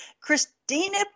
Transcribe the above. Christina